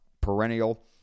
perennial